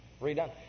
redone